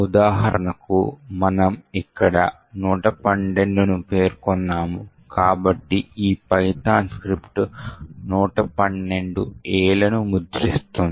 ఉదాహరణకు మనము ఇక్కడ 112ను పేర్కొన్నాము కాబట్టి ఈ python స్క్రిప్ట్ 112 Aలను ముద్రిస్తుంది